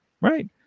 Right